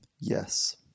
Yes